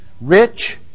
rich